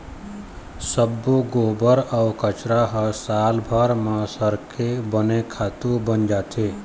सब्बो गोबर अउ कचरा ह सालभर म सरके बने खातू बन जाथे